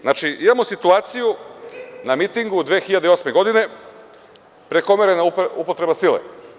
Znači, imamo situaciju na mitingu 2008. godine, prekomerna upotreba sile.